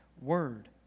Word